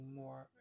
more